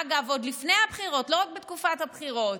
אגב, עוד לפני הבחירות, לא רק בתקופת הבחירות.